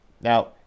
now